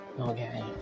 okay